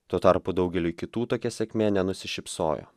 tuo tarpu daugeliui kitų tokia sėkmė nenusišypsojo